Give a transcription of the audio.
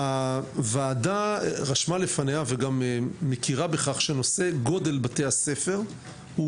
הוועדה רשמה לפניה וגם מכירה בכך שנושא גודל בתי הספר הוא